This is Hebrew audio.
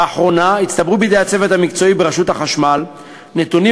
לאחרונה הצטברו בידי הצוות המקצועי ברשות החשמל נתונים